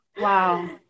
wow